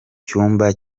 cyumba